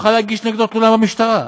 כדי שנוכל להגיש נגדו תלונה במשטרה.